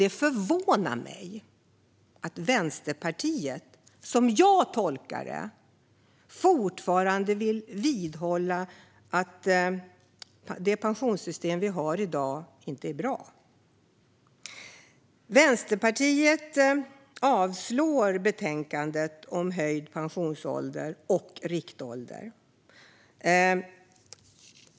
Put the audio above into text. Det förvånar mig att Vänsterpartiet, som jag tolkar det, fortfarande vill vidhålla att det pensionssystem vi har i dag inte är bra. Vänsterpartiet avstyrker utskottets förslag i betänkandet om höjd pensionsålder och riktålder.